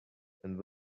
and